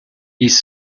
ils